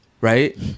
right